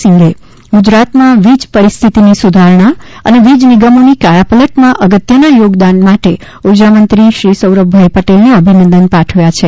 સિંહે ગુજરાતમાં વીજ પરિસ્થિતીની સુધારણા અને વીજ નિગમોની કાયાપલટમાં અગત્યના યોગદાન માટે ઉર્જામંત્રી શ્રી સૌરભભાઇ પટેલને અભિનંદન પાઠવ્યા છે